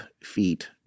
feet